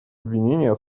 обвинения